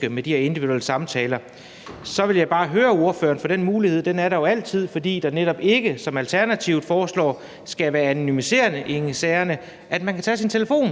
det med de her individuelle samtaler er et stort ønske, vil jeg bare høre ordføreren om noget. For der er jo altid den mulighed, fordi der netop ikke, som Alternativet foreslår, skal være en anonymisering af sagerne, at man kan tage sin telefon